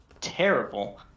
terrible